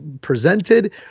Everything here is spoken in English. presented